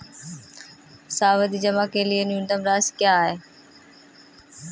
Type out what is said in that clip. सावधि जमा के लिए न्यूनतम राशि क्या है?